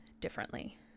differently